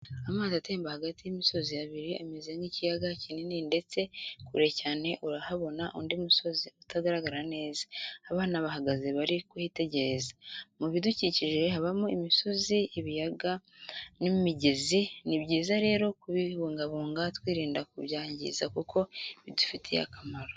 Amazi atemba hagati y'imisozi ibiri ameze nk'ikiyaga kinini ndetse kure cyane urahabona undi musozi utagaragara neza, abana bahagaze bari kuhitegereza. Mu bidukikije habamo imisozi ibiyaga n'imigezi, ni byiza rero kubibungabunga twirinda kubyangiza kuko bidufitiye akamaro.